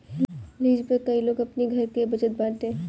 lease पे कई लोग अपनी घर के बचत बाटे